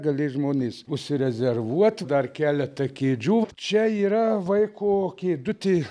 gali žmonės užsirezervuot dar keletą kėdžių čia yra vaiko kėdutė